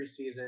preseason